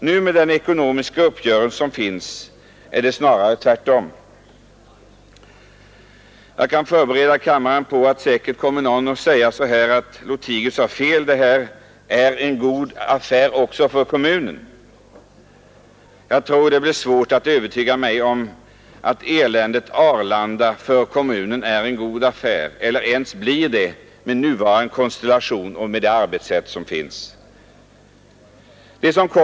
Nu, med den ekonomiska uppgörelse som finns, är det snarare tvärtom. Jag kan förbereda kammaren på att säkert någon kommer att säga: Lothigius har fel, det här är en god affär också för kommunen. Jag tror det blir svårt att övertyga mig om att eländet Arlanda är en god affär för kommunen eller ens blir det med nuvarande konstellation och med det arbetssätt som används.